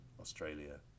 Australia